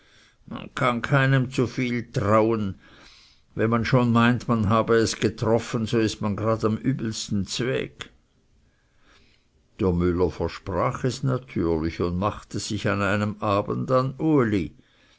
man kann keinem zu viel trauen wenn man schon meint man habe es getroffen so ist man gerade am übelsten zweg der müller versprach es natürlich und machte sich an einem abend an uli